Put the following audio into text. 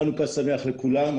חנוכה שמח לכולם,